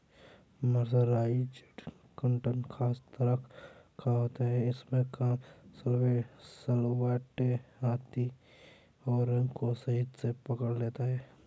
mercerised cotton खास तरह का होता है इसमें कम सलवटें आती हैं और रंग को सही से पकड़ लेता है